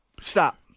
Stop